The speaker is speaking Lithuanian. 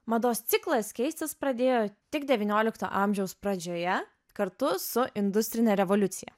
mados ciklas keistis pradėjo tik devyniolikto amžiaus pradžioje kartu su industrine revoliucija